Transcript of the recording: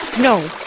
No